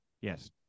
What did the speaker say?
yes